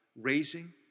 raising